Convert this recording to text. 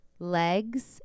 Legs